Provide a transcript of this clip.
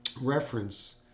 reference